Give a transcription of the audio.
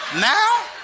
Now